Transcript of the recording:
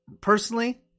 personally